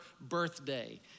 birthday